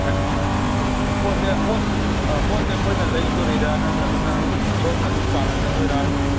ꯄꯣꯠꯁꯦ ꯄꯣꯠ ꯄꯣꯠꯁꯦ ꯑꯩꯈꯣꯏꯅ ꯂꯩꯗꯣꯔꯤꯔꯥ ꯅꯠꯇ꯭ꯔꯒꯅ ꯁꯣꯝꯅ ꯑꯗꯨꯝ ꯄꯥꯜꯂꯛꯀꯗꯣꯏꯔꯥ